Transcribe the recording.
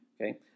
Okay